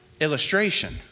illustration